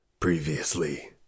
Previously